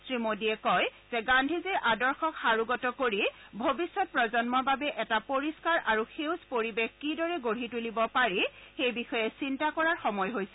শ্ৰীমোদীয়ে কয় যে গান্ধীজীৰ আদৰ্শক সাৰোগত কৰি ভৱিষ্যৎ প্ৰজন্মৰ বাবে এটা পৰিষ্ণাৰ আৰু সেউজ পৰিৱেশ কিদৰে গঢ়ি তুলিব পাৰি সেই বিষয়ে চিন্তা কাৰৰ সময় হৈছে